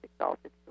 exalted